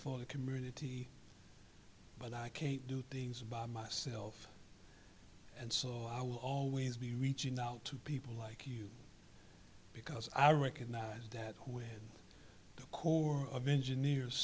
for the community but i can't do things about myself and so i will always be reaching out to people like you because i recognize that when the corps of engineers